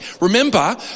remember